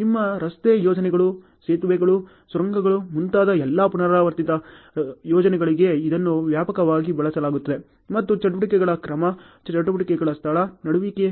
ನಿಮ್ಮ ರಸ್ತೆ ಯೋಜನೆಗಳು ಸೇತುವೆಗಳು ಸುರಂಗಗಳು ಮುಂತಾದ ಎಲ್ಲಾ ಪುನರಾವರ್ತಿತ ಯೋಜನೆಗಳಿಗೆ ಇದನ್ನು ವ್ಯಾಪಕವಾಗಿ ಬಳಸಲಾಗುತ್ತದೆ ಮತ್ತು ಚಟುವಟಿಕೆಗಳ ಕ್ರಮ ಚಟುವಟಿಕೆಗಳ ಸ್ಥಳ ನಡೆಯುವಿಕೆ